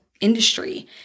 industry